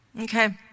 okay